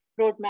roadmap